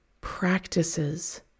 practices